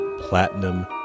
platinum